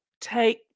take